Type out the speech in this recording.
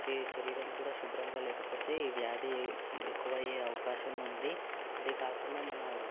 శరీరం కూడా శుభ్రంగా లేకపోతే ఈ వ్యాధి ఎక్కువ అయ్యే అవకాశం ఉంది అది కాకుండా మన